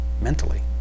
mentally